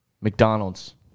McDonald's